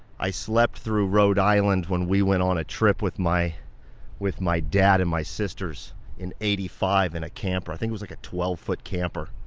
i slept through rhode island when we went on a trip with my with my dad and my sisters in eighty five in a camper. i think it was like a twelve foot camper.